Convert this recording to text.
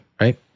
Right